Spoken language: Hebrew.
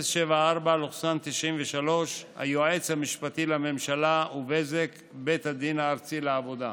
1074/93 היועץ המשפטי לממשלה ובזק נ' בית הדין הארצי לעבודה: